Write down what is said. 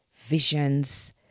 visions